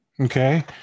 Okay